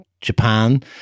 Japan